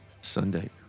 sunday